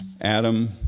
Adam